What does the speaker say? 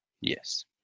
yes